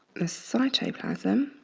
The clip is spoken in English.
the cytoplasm,